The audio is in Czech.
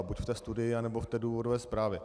Buď v té studii, anebo v důvodové zprávě.